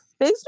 Facebook